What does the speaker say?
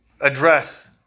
address